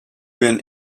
been